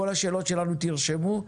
כל השאלות שלנו תרשמו,